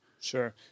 Sure